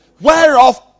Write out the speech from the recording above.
whereof